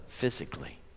physically